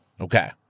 Okay